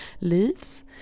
leaves